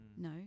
No